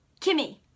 Kimmy